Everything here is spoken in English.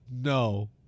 no